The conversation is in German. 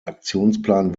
aktionsplan